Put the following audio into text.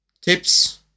tips